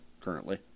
currently